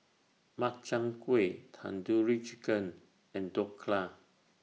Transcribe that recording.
Makchang Gui Tandoori Chicken and Dhokla